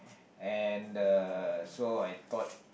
and the so I thought